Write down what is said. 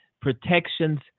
protections